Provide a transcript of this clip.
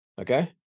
Okay